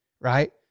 right